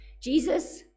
Jesus